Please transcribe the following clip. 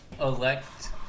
elect